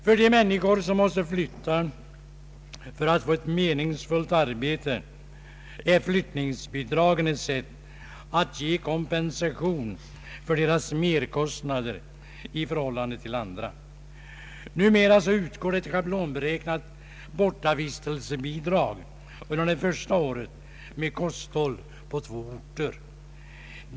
För de människor som måste flytta för att få ett meningsfullt arbete är flyttningsbidragen ett sätt att ge kompensation för de merkostnader de har i förhållande till andra. Numera utgår ett schablonberäknat = bortavistelsebidrag under det första året med kosthåll på två orter.